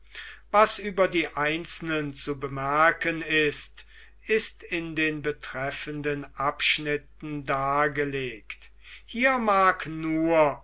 was über die einzelnen zu bemerken ist ist in den betreffenden abschnitten dargelegt hier mag nur